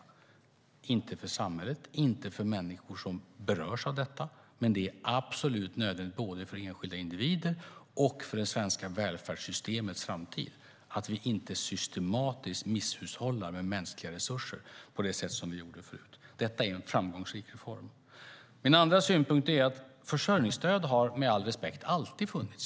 Det är inte problemfritt för samhället och inte för människor som berörs av det. Men det är absolut nödvändigt både för enskilda individer och för det svenska välfärdssystemets framtid att vi inte systematiskt misshushållar med mänskliga resurser på det sätt som vi gjorde förut. Detta är en framgångsrik reform. Min andra synpunkt är att försörjningsstöd, med all respekt, alltid har funnits.